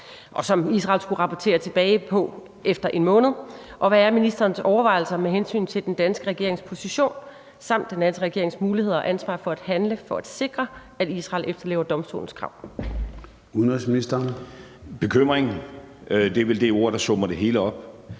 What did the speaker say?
og som Israel skulle rapportere tilbage om efter en måned, og hvad er ministerens overvejelser med hensyn til den danske regerings position samt dens muligheder og ansvar for at handle for at sikre, at Israel efterlever domstolens krav? Skriftlig begrundelse Der henvises